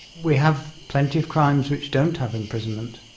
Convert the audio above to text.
we have plenty of crimes which don't have imprisonment,